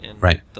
Right